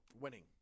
Winning